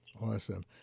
Awesome